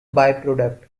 byproduct